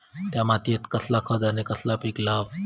त्या मात्येत कसला खत आणि कसला पीक लाव?